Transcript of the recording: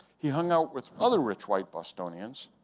he hung out with other rich, white bostonians.